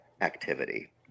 activity